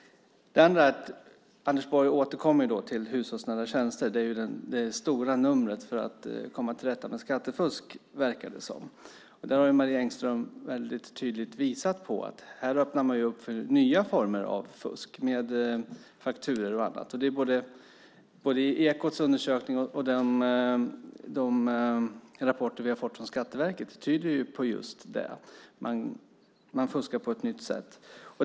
Anders Borg återkommer till frågan om hushållsnära tjänster. Det verkar vara det stora numret för att komma till rätta med skattefusk. Där har Marie Engström tydligt visat att man öppnar för nya former av fusk med fakturor och annat. Ekots undersökning och de rapporter vi har fått från Skatteverket tyder på det. Det fuskas på ett nytt sätt.